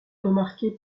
remarquer